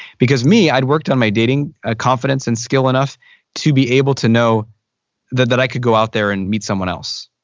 because me, i'd worked on my dating ah confidence and skill enough to be able to know that that i could go out there and meet someone else.